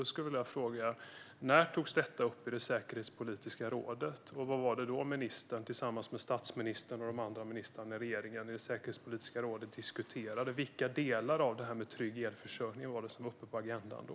Då skulle jag vilja fråga: När togs detta upp i det säkerhetspolitiska rådet, och vad var det då som ministern diskuterade tillsammans med statsministern och de andra ministrarna i det säkerhetspolitiska rådet - vilka aspekter av detta med trygg elförsörjning var uppe på agendan då?